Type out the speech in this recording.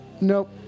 Nope